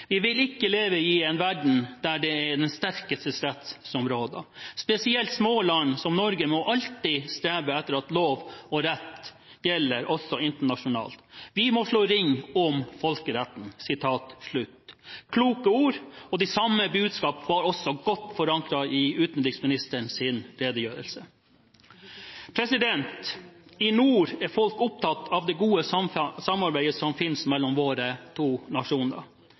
vil ikke leve i en verden hvor det er den sterkeste rett som gjelder. Små land som Norge må også strebe etter at det er internasjonal rett som gjelder. Vi slår ring om folkeretten.» Kloke ord – og det samme budskap var også godt forankret i utenriksministerens redegjørelse. I nord er folk opptatt av det gode samarbeidet som finnes mellom våre to nasjoner.